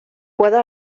puedo